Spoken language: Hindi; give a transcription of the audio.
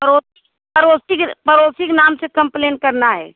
पड़ोसी पड़ोसी जब पड़ोसी के नाम से कम्प्लेन करना है